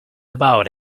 about